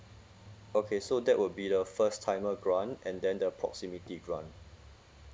okay so that would be the first time grant and then the proximity grant